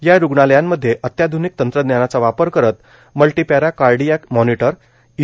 या रुग्णालयांमध्ये अत्याध्निक तंत्रज्ञानाचा वापर करत मल्टीपण कार्डियक मॉनिटर ई